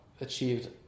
achieved